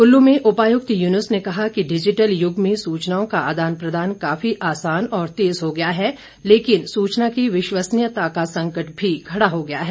कुल्लू में उपायुक्त युनूस ने कहा कि डिजिटल युग में सूचनाओं का आदान प्रदान काफी आसान और तेज हो गया है लेकिन सूचना की विश्वसनीयता का संकट भी खड़ा हो गया है